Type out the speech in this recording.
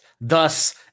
Thus